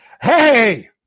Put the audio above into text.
Hey